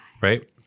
right